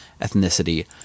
ethnicity